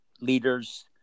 leaders